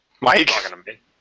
Mike